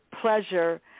pleasure